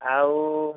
ଆଉ